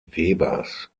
webers